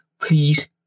Please